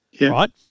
right